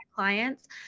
clients